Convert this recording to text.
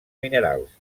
minerals